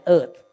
Earth